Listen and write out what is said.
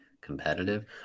competitive